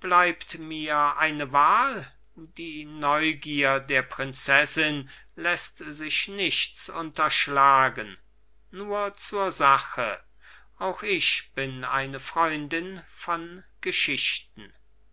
bleibt mir eine wahl die neugier der prinzessin läßt sich nichts unterschlagen nur zur sache auch ich bin eine freundin von geschichten